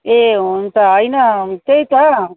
ए हुन्छ होइन त्यही त